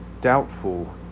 doubtful